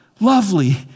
lovely